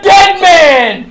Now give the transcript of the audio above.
Deadman